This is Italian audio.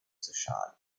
sociali